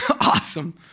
Awesome